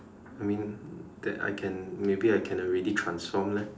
I mean that I can maybe I can already transform leh